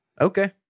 Okay